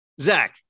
Zach